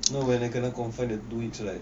no when I kena confined the two weeks right